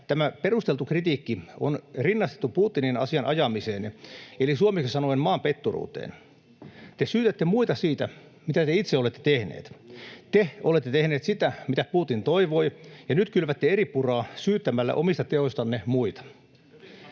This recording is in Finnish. tämä perusteltu kritiikki on rinnastettu Putinin asian ajamiseen eli suomeksi sanoen maanpetturuuteen. Te syytätte muita siitä, mitä te olette itse tehneet. Te olette tehneet sitä, mitä Putin toivoi, ja nyt kylvätte eripuraa syyttelemällä omista teoistanne muita.